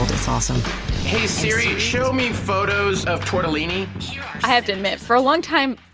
it's awesome hey, siri. show me photos of tortellini i have to admit. for a long time,